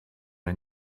yng